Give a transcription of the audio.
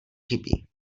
chybí